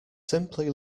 simply